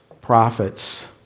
prophets